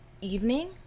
evening